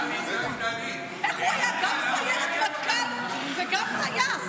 איך הוא היה גם סיירת מטכ"ל וגם טייס?